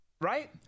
Right